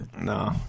No